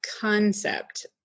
concept